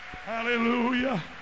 Hallelujah